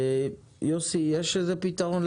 יוסי יש איזה פתרון?